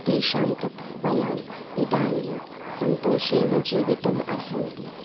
तेषां कृते वयम् इदानीं सन्तोषेण जीवितुम् अर्हन्ति